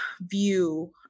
view